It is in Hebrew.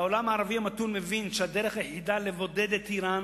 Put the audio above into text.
העולם הערבי המתון מבין שהדרך היחידה לבודד את אירן